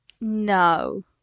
No